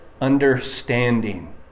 understanding